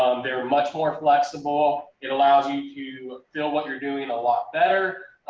um they're much more flexible. it allows you to feel what you're doing a lot better.